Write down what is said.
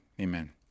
amen